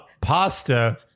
pasta